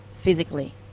physically